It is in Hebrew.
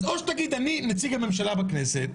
אז או שתגיד: אני נציג הממשלה בכנסת.